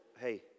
hey